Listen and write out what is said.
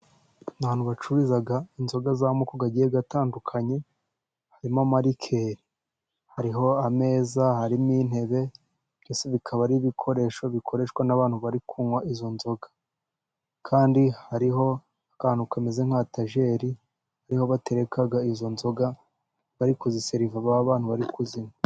Ahantu bacururiza inzoga z'amoko agiye atandukanye harimo amarikeri. Hariho ameza, harimo intebe, byose bikaba ari ibikoresho bikoreshwa n'abantu bari kunywa izo nzoga. Kandi hariho akantu kameze nka etajeri, ni ho batereka izo nzoga bari kuziseriva ba bantu bari kuzinywa.